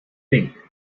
think